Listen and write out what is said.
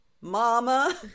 mama